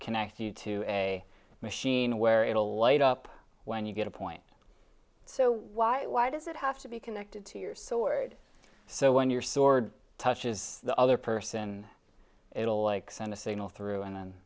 connect you to a machine where it will light up when you get a point so why why does it have to be connected to your sword so when your sword touches the other person it'll like send a signal through and